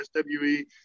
SWE